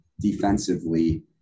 defensively